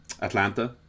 Atlanta